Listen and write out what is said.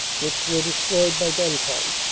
which were destroyed by gun-cotton.